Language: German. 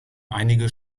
einige